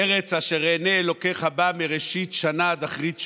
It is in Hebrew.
ארץ אשר עיני אלוקיך בה מרשית שנה ועד אחרית שנה.